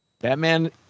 Batman